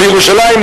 בירושלים,